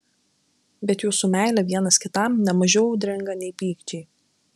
bet jūsų meilė vienas kitam ne mažiau audringa nei pykčiai